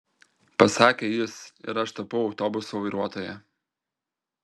pasakė jis ir aš tapau autobuso vairuotoja